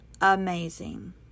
amazing